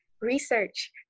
research